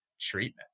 treatment